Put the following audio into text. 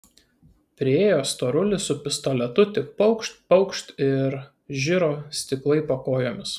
priėjo storulis su pistoletu tik paukšt paukšt ir žiro stiklai po kojomis